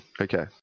Okay